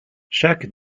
chaque